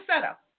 setup